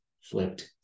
flipped